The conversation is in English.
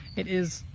it is.